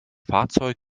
fahrzeug